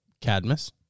Cadmus